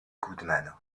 goodman